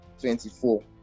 24